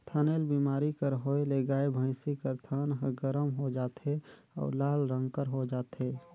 थनैल बेमारी कर होए ले गाय, भइसी कर थन ह गरम हो जाथे अउ लाल रंग कर हो जाथे